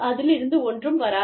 அதிலிருந்து ஒன்றும் வராது